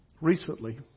Recently